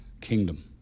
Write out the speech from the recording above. kingdom